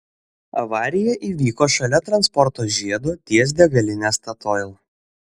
avarija įvyko šalia transporto žiedo ties degaline statoil